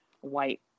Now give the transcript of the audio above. white